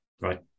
Right